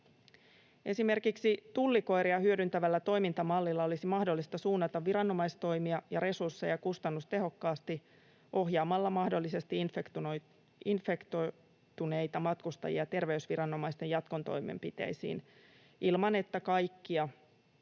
Esimerkiksi tullikoiria hyödyntävällä toimintamallilla olisi mahdollista suunnata viranomaistoimia ja resursseja kustannustehokkaasti ohjaamalla mahdollisesti infektoituneita matkustajia terveysviranomaisten jatkotoimenpiteisiin ilman, että kaikkia